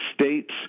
states